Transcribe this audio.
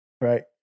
right